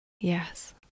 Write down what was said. yes